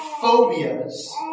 phobias